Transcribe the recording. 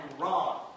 wrong